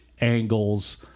angles